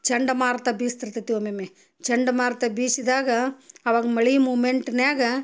ಚಂಡಮಾರುತ ಬೀಸ್ತಿರ್ತೈತಿ ಒಮ್ಮೊಮ್ಮೆ ಚಂಡಮಾರುತ ಬೀಸಿದಾಗ ಆವಾಗ ಮಳಿ ಮೂಮೆಂಟಿನ್ಯಾಗ